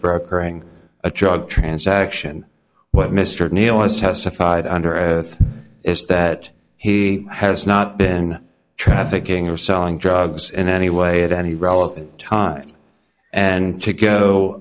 brokering a drug transaction what mr neil has testified under oath is that he has not been trafficking or selling drugs in any way at any relevant time and to go